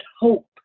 hope